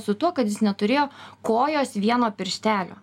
su tuo kad jis neturėjo kojos vieno pirštelio